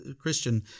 Christian